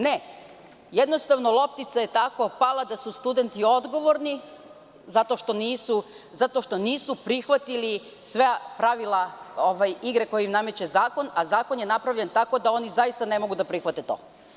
Ne, jednostavno loptica je tako pala da su studenti odgovorni zato što nisu prihvatili sva pravila igre koju im nameće zakon, a zakon je napravljen tako da oni zaista ne mogu da prihvate to.